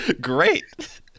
Great